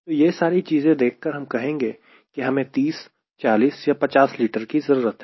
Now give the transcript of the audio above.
तो यह सारी चीजें देखकर हम कहेंगे की हमें 30 40 या 50 लीटर की जरूरत है